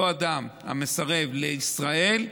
אותו אדם המסרב לישראל,